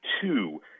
two